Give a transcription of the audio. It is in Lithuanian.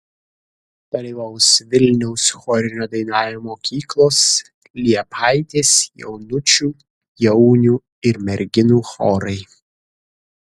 dalyvaus vilniaus chorinio dainavimo mokyklos liepaitės jaunučių jaunių ir merginų chorai